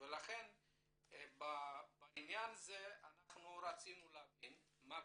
לכן בעניין הזה אנחנו רצינו להבין מה קורה,